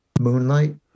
moonlight